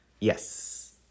Yes